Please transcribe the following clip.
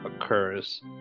occurs